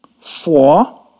four